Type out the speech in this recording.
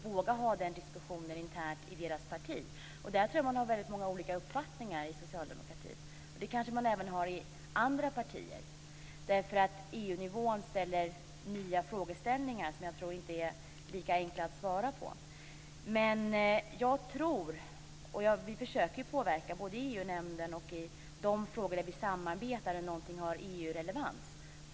De måste våga diskutera den saken internt i sitt parti. Jag tror att det finns väldigt många olika uppfattningar inom socialdemokratin, och det kanske man har även i andra partier. EU-nivån skapar nya frågor som inte alltid är lika enkla att svara på. Vi försöker påverka, både i EU-nämnden och i de frågor vi samarbetar om som har EU-relevans.